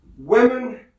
Women